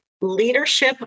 leadership